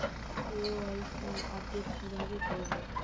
KYC update কিভাবে করবো?